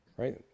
Right